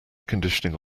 conditioning